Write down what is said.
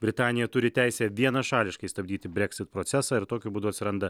britanija turi teisę vienašališkai stabdyti breksit procesą ir tokiu būdu atsiranda